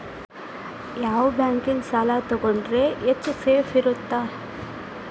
ಯಾವ ಬ್ಯಾಂಕಿನ ಸಾಲ ತಗೊಂಡ್ರೆ ಹೆಚ್ಚು ಸೇಫ್ ಇರುತ್ತಾ?